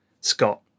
Scott